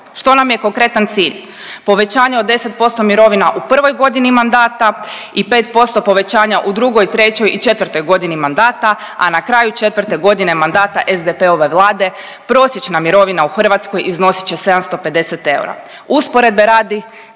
Što nam je konkretan cilj? Povećanje od 10% mirovina u prvoj godini mandata i 5% povećanja u drugoj, trećoj i četvrtoj godini mandata, a na kraju četvrte godine mandata SDP-ove Vlade prosječna mirovina u Hrvatskoj iznosit će 750 eura. Usporedbe radi,